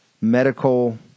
medical